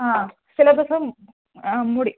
ஆ சிலபஸ்சும் ஆ முடி